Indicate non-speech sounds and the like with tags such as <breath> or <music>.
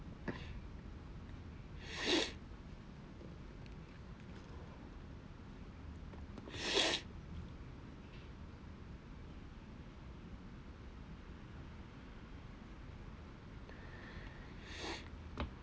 <breath> <breath> <breath>